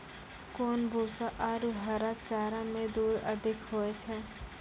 कोन भूसा आरु हरा चारा मे दूध अधिक होय छै?